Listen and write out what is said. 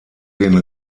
den